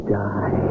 die